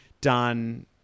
done